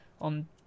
on